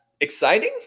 exciting